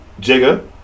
Jigga